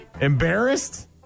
Embarrassed